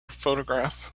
photograph